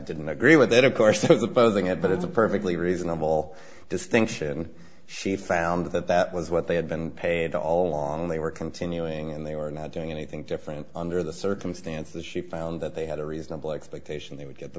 didn't agree with it of course opposing it but it's a perfectly reasonable distinction she found that that was what they had been paid all along they were continuing and they were not doing anything different under the circumstances she found that they had a reasonable expectation they would get the